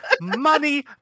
money